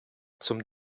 zum